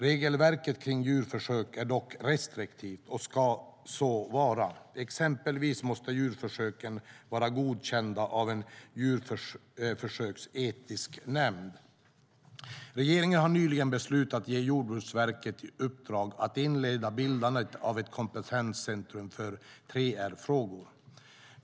Regelverket kring djurförsök är dock restriktivt, och ska så vara. Exempelvis måste djurförsöken vara godkända av en djurförsöksetisk nämnd. Regeringen har nyligen beslutat att ge Jordbruksverket i uppdrag att inleda bildandet av ett kompetenscentrum för 3R-frågor.